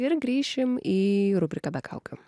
ir grįšim į rubriką be kaukių